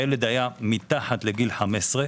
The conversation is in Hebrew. הילד היה מתחת לגיל 15,